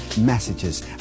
messages